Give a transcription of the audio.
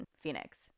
Phoenix